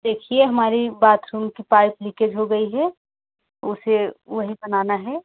देखिए हमारी बाथरूम की पाइप लीकेज हो गई है उसे वही बनाना है